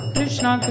Krishna